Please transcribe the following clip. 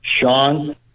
Sean